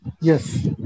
Yes